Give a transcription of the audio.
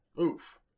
Oof